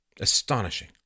Astonishing